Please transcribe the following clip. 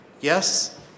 Yes